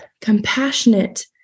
compassionate